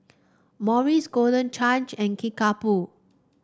Morries Golden Change and Kickapoo